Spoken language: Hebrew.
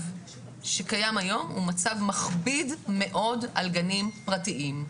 שהמצב שקיים היום הוא מצב מכביד מאוד על גנים פרטיים.